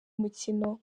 mukino